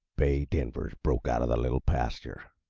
bay denver's broke out ah the little pasture,